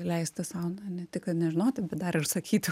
leisti sau na ne tik kad nežinoti bet dar ir sakyti